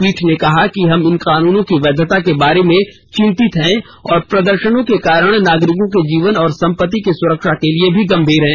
पीठ ने कहा कि हम इन कानूनों की वैधता के बारे में चिंतित हैं तथा प्रदर्शनों के कारण नागरिकों के जीवन और सम्पत्ति की सुरक्षा के लिए भी गंभीर हैं